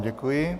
Děkuji.